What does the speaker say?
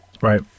Right